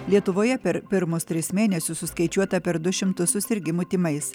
lietuvoje per pirmus tris mėnesius suskaičiuota per du šimtus susirgimų tymais